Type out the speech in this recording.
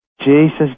Jesus